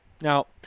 Now